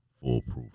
foolproof